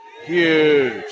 huge